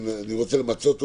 אני רוצה למצות אותו,